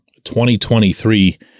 2023